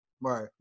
right